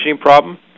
problem